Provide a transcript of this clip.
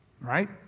Right